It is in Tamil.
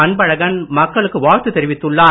அன்பழகன் மக்களுக்கு வாழ்த்து தெரிவித்துள்ளார்